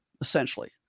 essentially